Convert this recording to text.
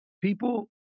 People